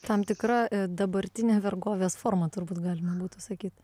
tam tikra dabartinė vergovės forma turbūt galima būtų sakyt